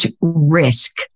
risk